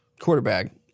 quarterback